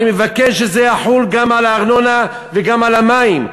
אני מבקש שזה יחול גם על הארנונה וגם על המים,